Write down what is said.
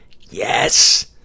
Yes